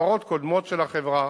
הפרות קודמות של החברה,